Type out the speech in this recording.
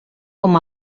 com